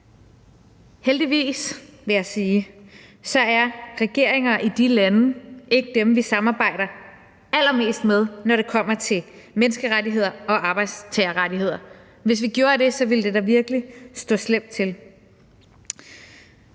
Heldigvis, vil jeg sige, er regeringerne i de lande ikke dem, vi samarbejder allermest med, når det kommer til menneskerettigheder og arbejdstagerrettigheder. Hvis vi gjorde det, ville det da virkelig stå slemt til.